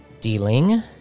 dealing